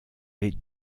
les